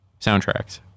soundtracks